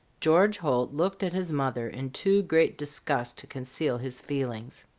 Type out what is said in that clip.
george holt looked at his mother in too great disgust to conceal his feelings.